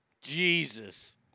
Jesus